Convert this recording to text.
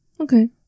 Okay